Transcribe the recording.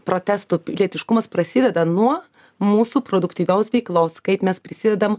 protestų pilietiškumas prasideda nuo mūsų produktyvios veiklos kaip mes prisidedam